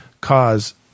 cause